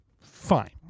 fine